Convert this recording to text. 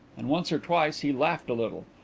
and once or twice he laughed a little,